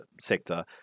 sector